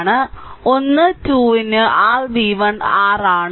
അതിനാൽ ഒന്ന് 2 ന് r v1 r ആണ്